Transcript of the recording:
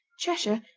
cheshire,